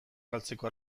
galtzeko